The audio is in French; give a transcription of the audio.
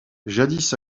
jadis